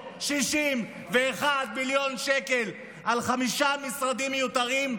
561 מיליון שקל על חמישה משרדים מיותרים,